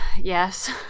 Yes